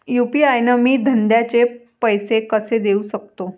UPI न मी धंद्याचे पैसे कसे देऊ सकतो?